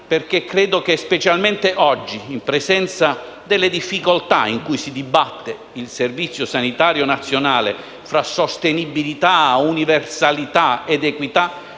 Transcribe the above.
perché credo che, specialmente oggi, in presenza delle difficoltà in cui si dibatte il Servizio sanitario nazionale, tra sostenibilità, universalità ed equità,